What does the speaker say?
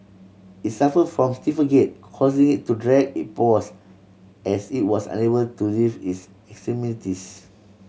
it suffer from stiffer gait causing it to drag it paws as it was unable to lift its extremities